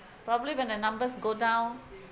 probably when the numbers go down